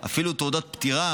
אפילו של תעודות פטירה,